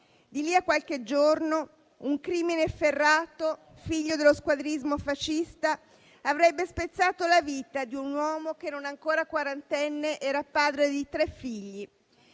Di lì a qualche giorno un crimine efferato, figlio dello squadrismo fascista, avrebbe spezzato la vita di un uomo che, non ancora quarantenne, era padre di tre figli.